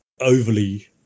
overly